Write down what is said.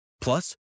Plus